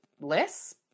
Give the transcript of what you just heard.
less